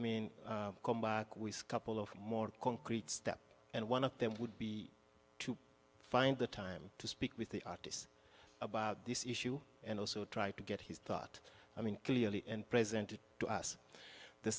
mean come back with couple of more concrete steps and one of them would be to find the time to speak with the artist about this issue and also try to get his thought i mean clearly and present it to us the